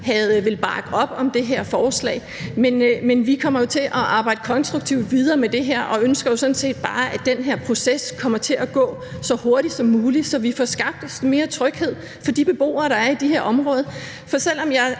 ville bakke op om det her forslag, men vi kommer til at arbejde konstruktivt videre med det her og ønsker jo sådan set bare, at den her proces kommer til at gå så hurtigt som muligt, så vi får skabt mere tryghed for de beboere, der er i de her områder. For selv om jeg